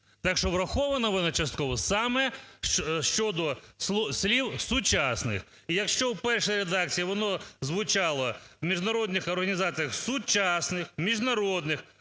Так що врахована вона частково саме щодо слів "сучасних". І якщо в першій редакції воно звучало: "в міжнародних організаціях сучасних міжнародних